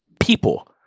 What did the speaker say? people